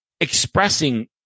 expressing